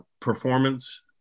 performance